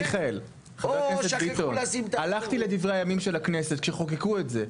אגב, הלכתי לדברי הימים של הכנסת כשחוקקו את זה.